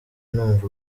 numva